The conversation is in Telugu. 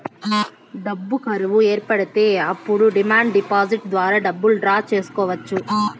డబ్బు కరువు ఏర్పడితే అప్పుడు డిమాండ్ డిపాజిట్ ద్వారా డబ్బులు డ్రా చేసుకోవచ్చు